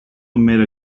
meta